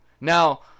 Now